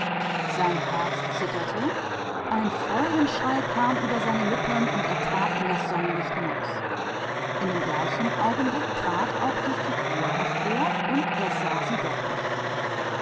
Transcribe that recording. sein herz zitterte ein freudenschrei brach von seinen lippen und er trat hinaus in das sonnenlicht als er es tat trat auch die gestalt heraus und er sah sie